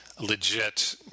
legit